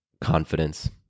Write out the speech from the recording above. confidence